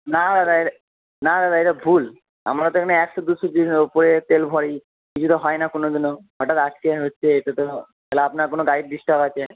না দাদা না দাদা এটা ভুল আমরা তো এখানে একশো দুশো ওপরে তেল ভরি কিছু তো হয় না কোনোদিনও হঠাৎ আজকে হচ্ছে এটা তো আপনার কোনো গাড়ির ডিস্টার্ব আছে